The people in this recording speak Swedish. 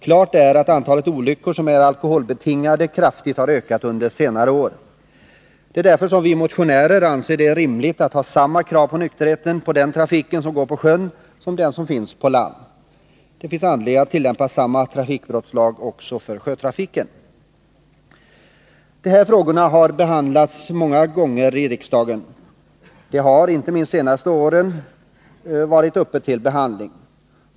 Klart är att antalet olyckor som är alkoholbetingade kraftigt har ökat under senare år. Det är därför som vi motionärer anser att det är rimligt att ha samma krav på nykterhet på trafiken som går på sjön som på den som finns på land. Det finns anledning att tillämpa samma trafikbrottslag också för sjötrafiken. De här frågorna har behandlats många gånger i riksdagen, inte minst under de senare åren.